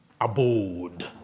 abode